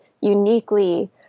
uniquely